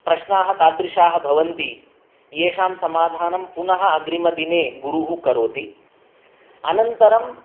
प्रश्नाः तादृशाः भवन्ति येषां समाधानं पुनः अग्रीमदिने गुरुः करोति अनन्तरं